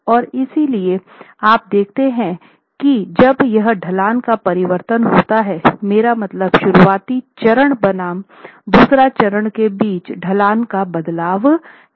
और इसलिए आप देखते हैं कि जब यहां ढलान का परिवर्तन होता है मेरा मतलब शुरुआती चरण बनाम दूसरे चरण के बीच ढलान का बदलाव है